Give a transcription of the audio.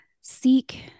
seek